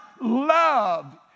love